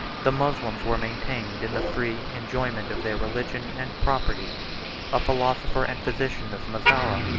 the moslems were maintained in the free enjoyment of their religion and property a philosopher and physician of mazara,